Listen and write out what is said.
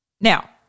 Now